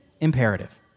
imperative